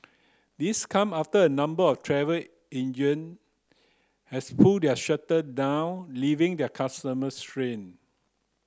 this come after a number of travel agent has pulled their shutter down leaving their customers stranded